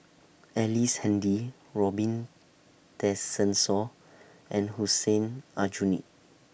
Ellice Handy Robin Tessensohn and Hussein Aljunied